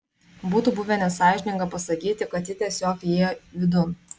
būtų buvę nesąžininga pasakyti kad ji tiesiog įėjo vidun